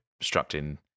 obstructing